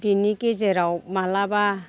बिनि गेजेराव माब्लाबा